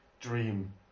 Dream